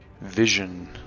vision